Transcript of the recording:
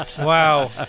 Wow